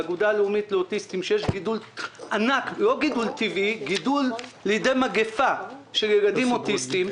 האגודה הלאומית לאוטיסטים שיש גידול עד כדי מגיפה של ילדים אוטיסטיים.